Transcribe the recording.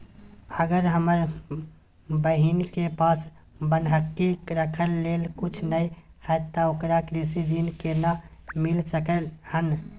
अगर हमर बहिन के पास बन्हकी रखय लेल कुछ नय हय त ओकरा कृषि ऋण केना मिल सकलय हन?